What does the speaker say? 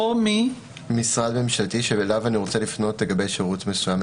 או ממשרד ממשלתי שאליו אני רוצה לפנות לגבי שירות מסוים,